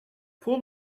pull